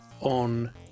on